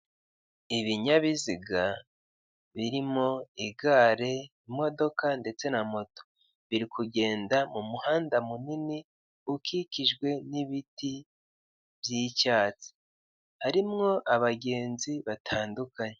Ibinyabiziga birimo igare, imodoka ndetse na moto. Biri kugenda mu muhanda munini, ukikijwe n'ibiti by'icyatsi. Harimwo abagenzi batandukanye.